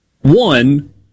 one